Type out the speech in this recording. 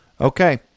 Okay